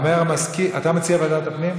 אתה מציע ועדת הפנים?